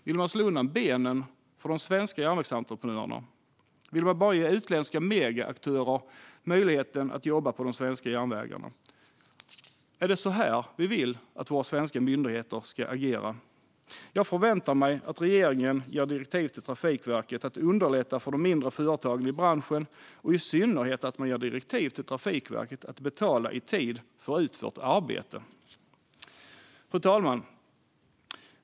Vill man slå undan benen för de svenska järnvägsentreprenörerna? Vill man bara ge utländska megaaktörer möjlighet att jobba på de svenska järnvägarna? Är det så här vi vill att våra svenska myndigheter ska agera? Jag förväntar mig att regeringen ger direktiv till Trafikverket att underlätta för de mindre företagen i branschen. I synnerhet vill jag att man ska ge direktiv till Trafikverket att betala i tid för utfört arbete. Fru talman!